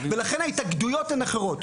ולכן ההתאגדויות הן אחרות.